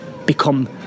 become